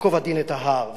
ייקוב הדין את ההר,